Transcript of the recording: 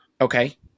okay